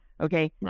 okay